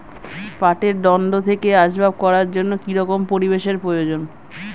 পাটের দণ্ড থেকে আসবাব করার জন্য কি রকম পরিবেশ এর প্রয়োজন?